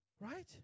right